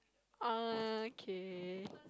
okay